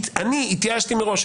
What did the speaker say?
אני התייאשתי מראש,